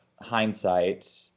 hindsight